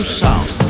sound